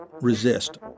resist